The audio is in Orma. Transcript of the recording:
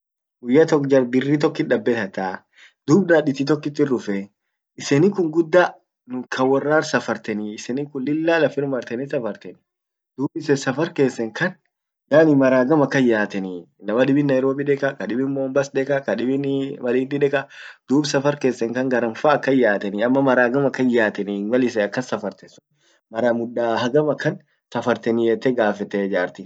guyya tok jar birri tokit dabe tataa. Dub naditi tokkit irdufee ,iseninkun gudda nun kaworar safarteni, isenin kun lilla lafir marteni safarteni. Dub isen safar kesen kan yaani mara hagam yateni inama dibbin nairobi deka, kadibin mombas deka, kadibin <